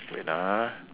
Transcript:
wait ah